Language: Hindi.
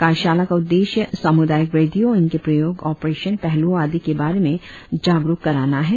कार्यशाला का उद्देश्य सामुदायिक रेडियों इनके प्रयोग ऑपरेशन पहलुओं आदि के बारे में जागरुक कराना है